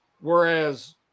whereas